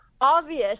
obvious